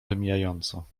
wymijająco